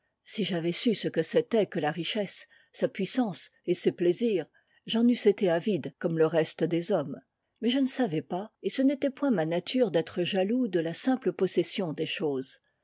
si j'avais su ce que c'était que la richesse sa puissance et ses plaisirs j'en eusse été avide comme le reste des hommes mais je ne savais pas et ce n'était point ma nature d'être jaloux de la simple possession des choses